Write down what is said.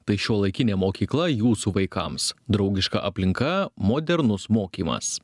tai šiuolaikinė mokykla jūsų vaikams draugiška aplinka modernus mokymas